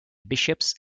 bishops